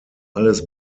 alles